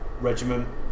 regiment